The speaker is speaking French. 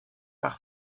par